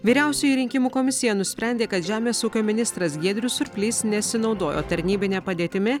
vyriausioji rinkimų komisija nusprendė kad žemės ūkio ministras giedrius surplys nesinaudojo tarnybine padėtimi